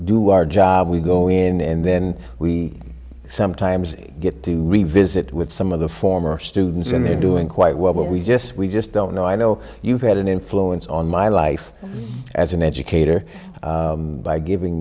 do our job we go in and then we sometimes get to revisit with some of the former students and they're doing quite well but we just we just don't know i know you've had an influence on my life as an educator by giving